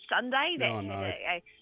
Sunday